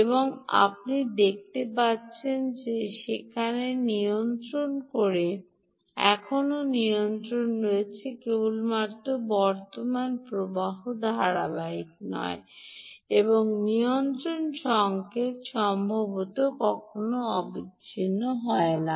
এবং আপনি দেখতে পাচ্ছেন যে সেখানে নিয়ন্ত্রণ রয়েছে এখনও নিয়ন্ত্রণ রয়েছে কেবলমাত্র বর্তমান প্রবাহ ধারাবাহিক নয় এবং নিয়ন্ত্রণ সংকেত সম্ভবত সময়ও অবিচ্ছিন্ন নয়